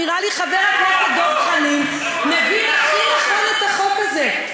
נראה לי שחבר הכנסת דב חנין מבין הכי נכון את החוק הזה.